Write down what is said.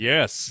Yes